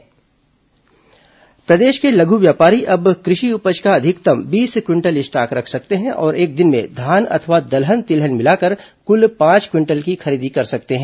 मंत्रिपरिषद निर्णय प्रदेश के लघु व्यापारी अब कृषि उपज का अधिकतम बीस क्विंटल स्टॉक रख सकते हैं और एक दिन में धान अथवा दलहन तिलहन मिलाकर कुल पांच क्विंटल की खरीदी कर सकते हैं